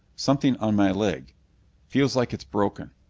something on my leg feels like it's broken.